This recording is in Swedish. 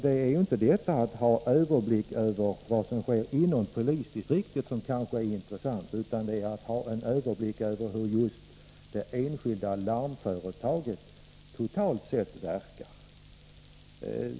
Det är inte detta — att ha överblick över vad som sker inom polisdistrikten — som är intressant, utan en överblick över hur just det enskilda larmföretaget totalt sett verkar.